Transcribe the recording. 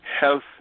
Health